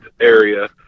area